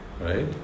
Right